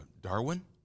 Darwin